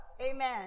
amen